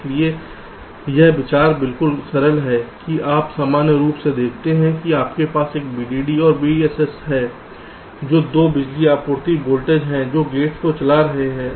इसलिए यह विचार बिल्कुल सरल है कि आप सामान्य रूप से देखते हैं कि हमारे पास यह VDD और VSS है ये दो बिजली आपूर्ति वोल्टेज हैं जो गेट्स को चला रहे हैं